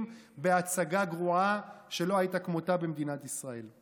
בהצגה גרועה שלא הייתה כמותה במדינת ישראל.